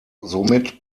somit